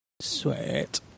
Sweet